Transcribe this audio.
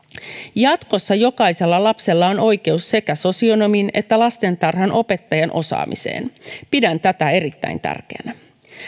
jatkossa jokaisella lapsella on oikeus sekä sosionomin että lastentarhanopettajan osaamiseen pidän tätä erittäin tärkeänä